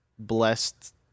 blessed